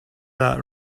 that